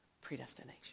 predestination